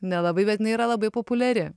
nelabai bet jinai yra labai populiari